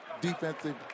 defensive